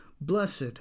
Blessed